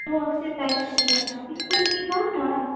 دو ہفتے پہلے دیا تھا اسکول یونییفام تھا